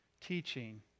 teaching